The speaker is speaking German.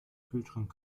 kühlschrank